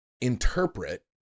interpret